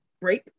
break